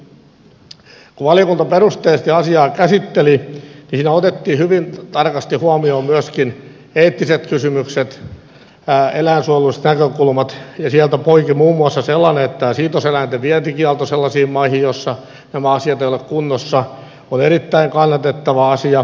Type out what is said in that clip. kun valiokunta perusteellisesti asiaa käsitteli niin siinä otettiin hyvin tarkasti huomioon myöskin eettiset kysymykset eläinsuojelulliset näkökulmat ja sieltä poiki muun muassa sellainen että siitoseläinten vientikielto sellaisiin maihin joissa nämä asiat eivät ole kunnossa on erittäin kannatettava asia